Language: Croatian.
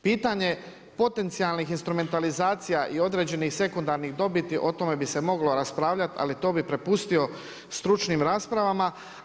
Pitanje potencijalnih instrumentalizacija i određenih sekundarnih dobiti o tome bi se moglo raspravljati, ali to bi prepustio stručnim raspravama.